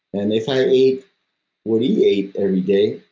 and if i ate what he ate every day,